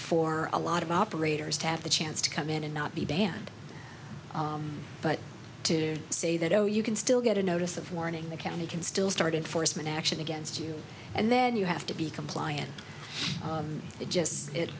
for a lot of operators to have the chance to come in and not be banned but to say that oh you can still get a notice of warning the county can still started foresman action against you and then you have to be compliant it just it